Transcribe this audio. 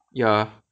ya